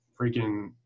freaking